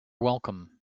welcome